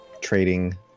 Trading